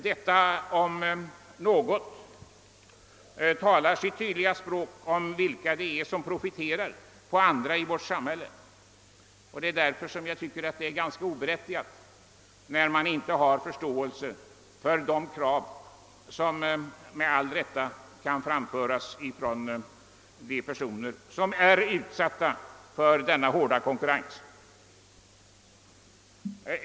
Detta om något talar sitt tydliga språk om vilka som profiterar på andra i vårt samhälle. Därför tycker jag att det är ganska egendomligt att man inte har förståelse för de krav som med all rätt kan framföras av de personer som är utsatta för denna hårda konkurrens.